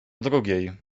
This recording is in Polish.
drugiej